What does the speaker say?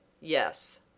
Yes